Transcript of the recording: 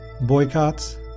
boycotts